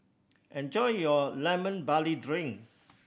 enjoy your Lemon Barley Drink